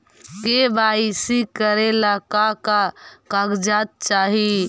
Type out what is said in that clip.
KYC करे ला का का कागजात चाही?